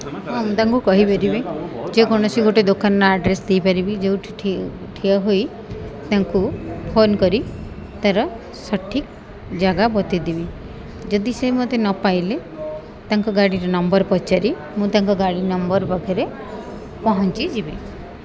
ହଁ ମୁଁ ତାଙ୍କୁ କହିପାରିବି ଯେକୌଣସି ଗୋଟେ ଦୋକାନର ଆଡ୍ରେସ୍ ଦେଇପାରିବି ଯେଉଁଠି ଠିଆ ହୋଇ ତାଙ୍କୁ ଫୋନ୍ କରି ତାର ସଠିକ୍ ଜାଗା ବତେଇଦେବି ଯଦି ସେ ମୋତେ ନ ପାଇଲେ ତାଙ୍କ ଗାଡ଼ିର ନମ୍ବର ପଚାରି ମୁଁ ତାଙ୍କ ଗାଡ଼ି ନମ୍ବର ପାଖରେ ପହଞ୍ଚିଯିବି